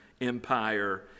Empire